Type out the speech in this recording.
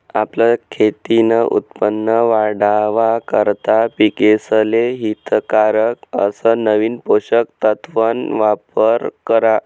आपलं खेतीन उत्पन वाढावा करता पिकेसले हितकारक अस नवीन पोषक तत्वन वापर करा